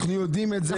אנחנו יודעים את זה,